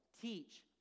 teach